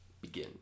begin